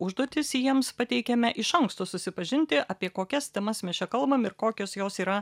užduotis jiems pateikėme iš anksto susipažinti apie kokias temas mes čia kalbam ir kokios jos yra